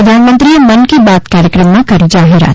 પ્રધાનમંત્રીએ મન કી બાત કાર્યક્રમમાં કરી જાહેરાત